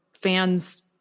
fans